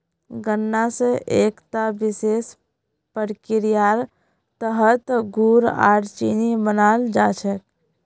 गन्ना स एकता विशेष प्रक्रियार तहतत गुड़ आर चीनी बनाल जा छेक